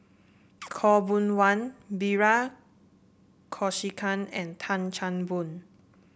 Khaw Boon Wan Bilahari Kausikan and Tan Chan Boon